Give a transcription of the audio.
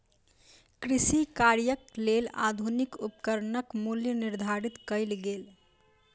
कृषि कार्यक लेल आधुनिक उपकरणक मूल्य निर्धारित कयल गेल